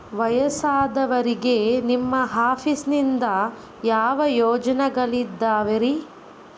ವಯಸ್ಸಾದವರಿಗೆ ನಿಮ್ಮ ಆಫೇಸ್ ನಿಂದ ಯಾವ ಯೋಜನೆಗಳಿದಾವ್ರಿ?